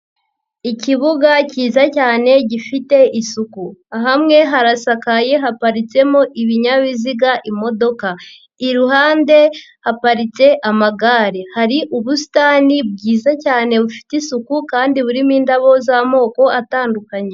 Ikibuga kiza cyane gifite isuku hamwe harasakaye, haparitsemo ibinyabiziga imodoka, iruhande haparitse amagare, hari ubusitani bwiza cyane bufite isuku kandi burimo indabo z'amoko atandukanye.